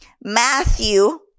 Matthew